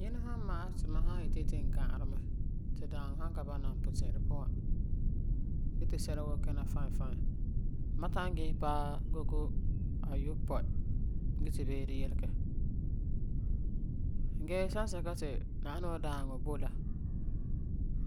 Yinɛ san ma'ɛ ti ma san yeti n yeti n gã'arɛ mɛ gee ti daaŋɔ ka bɔna puti'irɛ puan, ge ti sɛla woo kina fine fine, ma ta'am gise paɛ gogo ayopɔi ge ti beere yilegɛ. Gee sansɛka ti la ana wuu daaŋɔ boi la, n